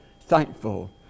thankful